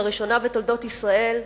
לראשונה בתולדות ישראל,